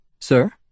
Sir